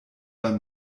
beim